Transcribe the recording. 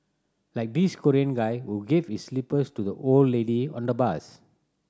like this Korean guy who gave his slippers to the old lady on the bus